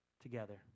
together